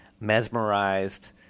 mesmerized